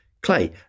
clay